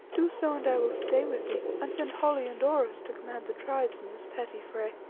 do so, and i will stay with thee, and send holly and oros to command the tribes in this petty fray.